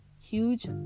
huge